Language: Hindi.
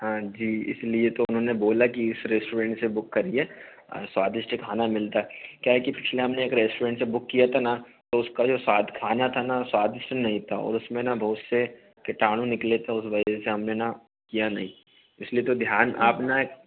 हाँ जी इसलिए तो उन्होंने बोला की इस रेस्टुरेंट से बुक करिए स्वादिष्ट खाना मिलता हैं क्या हैं की पिछला हमने एक रेस्टोरेंट से बुक किया था न तो उसका जो स्वाद खाना था ना स्वादिष्ट नहीं था और उसमे न बहुत से किटाणु निकले थे उस वजह से हमने न किया नहीं इसलिए तो ध्यान आप न